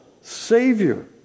savior